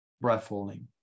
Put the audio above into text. breath-holding